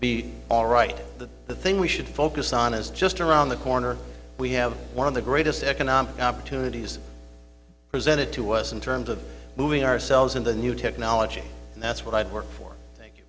be all right that the thing we should focus on is just around the corner we have one of the greatest economic opportunities presented to us in terms of moving ourselves in the new technology and that's what i've worked for